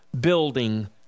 building